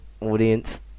audience